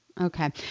Okay